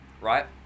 Right